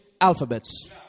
alphabets